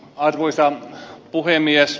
arvoisa puhemies